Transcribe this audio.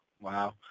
Wow